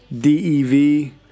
D-E-V